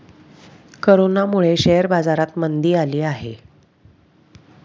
कोरोनामुळे शेअर बाजारात मंदी आली आहे